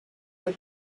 your